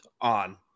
on